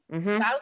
South